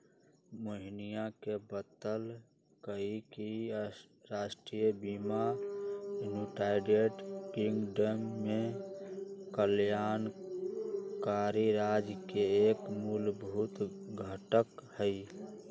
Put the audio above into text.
मोहिनीया ने बतल कई कि राष्ट्रीय बीमा यूनाइटेड किंगडम में कल्याणकारी राज्य के एक मूलभूत घटक हई